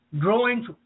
growing